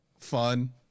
fun